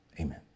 Amen